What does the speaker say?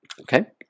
Okay